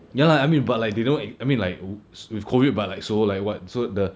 ya lah I mean but like you know I mean like with COVID but like so like what so the